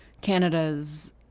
Canada's